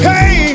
Hey